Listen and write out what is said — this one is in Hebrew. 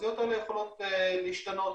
התחזיות האלה יכולות להשתנות.